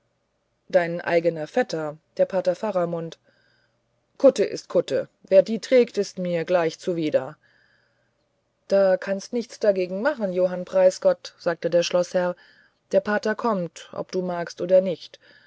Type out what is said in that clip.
dein eigener vetter der pater faramund kutte is kutte wer die trägt is mir gleich zuwider da kannst nix dagegen machen johann preisgott sagte der schloßherr der pater kommt ob du magst oder nicht